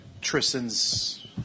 Tristan's